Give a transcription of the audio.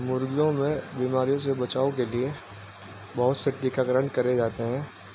مرغیوں میں بیماریوں سے بچاؤ کے لیے بہت سے ٹیکا کرن کرے جاتے ہیں